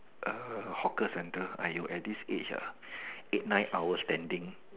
err hawker center !aiyo! at this age ah eight nine hours standing